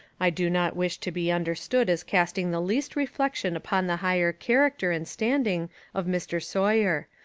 i do not wish to be understood as casting the least reflec tion upon the higher character and standing of mr. sawyer.